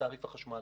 מתעריף החשמל.